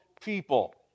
people